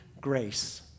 grace